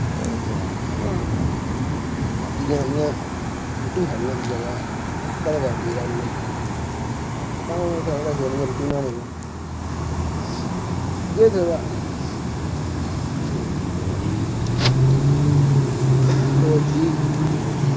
तां बाकि जन्नियां रुट्टी शैल बनांदियां व कदैं कार बंकार होई जंदी तां गै उनै उट्ठा नी असैं रुट्टी बनानी ऐ इध्दरे जाना होर जी